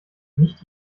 nicht